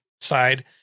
side